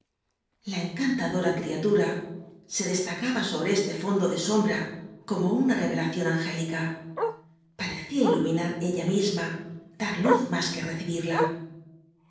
la encantadora criatura se destacaba sobre este fondo de sombra como una revelación angélica parecía iluminar ella misma dar la luz más que recibiría